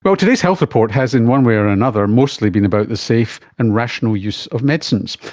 but today's health report has in one way or another mostly been about the safe and rational use of medicines.